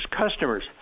customers